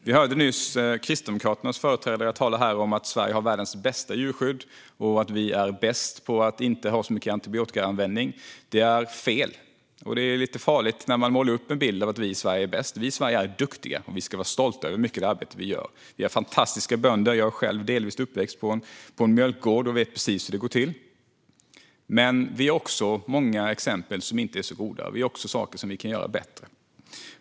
Vi hörde nyss Kristdemokraternas företrädare tala om att Sverige har världens bästa djurskydd och att vi är bäst på att inte använda så mycket antibiotika. Det är fel, och det är lite farligt att måla upp en bild av att vi i Sverige är bäst. Vi i Sverige är duktiga, och vi ska vara stolta över mycket av det arbete vi gör. Vi har fantastiska bönder. Jag är själv delvis uppväxt på en mjölkgård och vet precis hur det går till. Men det finns också många exempel som inte är så goda; vi har också saker som vi kan göra bättre.